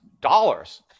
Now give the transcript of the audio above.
dollars